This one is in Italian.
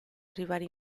arrivare